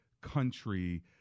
country